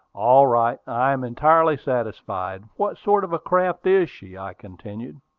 all right i am entirely satisfied. what sort of a craft is she? i continued.